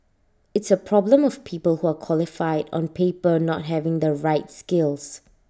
it's A problem of people who are qualified on paper not having the right skills